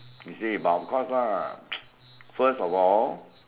you see but of course lah first of all